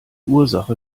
ursache